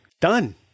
Done